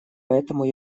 поэтому